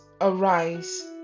arise